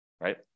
right